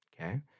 okay